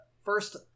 first